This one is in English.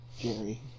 Jerry